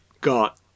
got